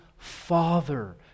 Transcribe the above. Father